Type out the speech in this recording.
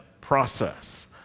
process